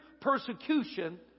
persecution